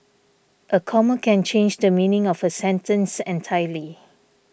a comma can change the meaning of a sentence entirely